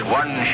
one